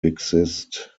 exist